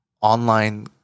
online